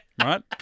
Right